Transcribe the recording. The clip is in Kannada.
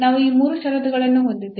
ನಾವು ಈ ಮೂರು ಷರತ್ತುಗಳನ್ನು ಹೊಂದಿದ್ದೇವೆ